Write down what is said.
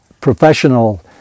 professional